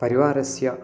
परिवारस्य